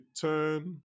turn